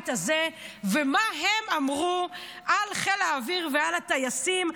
הזה ומה שהם אמרו על חיל האוויר ועל הטייסים,